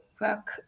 work